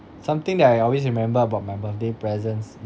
something that I always remember about my birthday presents